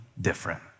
different